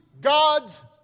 God's